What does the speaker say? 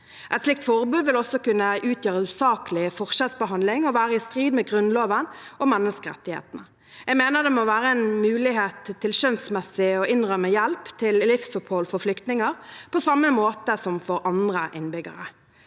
Et slikt forbud vil også kunne utgjøre usaklig forskjellsbehandling og være i strid med Grunnloven og menneskerettighetene. Jeg mener det må være en mulighet til skjønnsmessig å innrømme hjelp til livsopphold for flyktninger, på samme måte som for andre innbyggere.